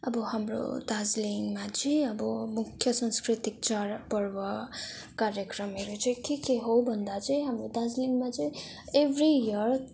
अब हाम्रो दार्जिलिङमा चाहिँ अब मुख्य संस्कृतिक चाडपर्व क्रार्यक्रमहरू चाहिँ के के हो भन्दा चाहिँ हाम्रो दार्जिलिङमा चाहिँ एभ्री यर